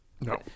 No